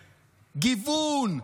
גיוון,